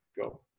go